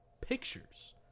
pictures